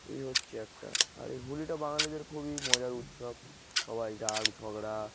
এই হচ্ছে একটা আর এই হোলিটা বাঙালিদের খুবই মজার উৎসব সবাই রাগ ঝগড়া